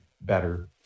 better